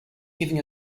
giving